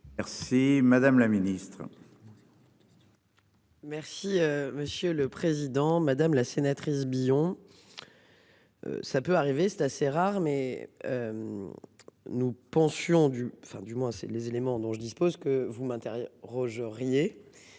Merci madame la ministre. Merci monsieur le président, madame la sénatrice Billon. Ça peut arriver, c'est assez rare mais. Nous pensions du, enfin du moins c'est les éléments dont je dispose que vous m'Roger.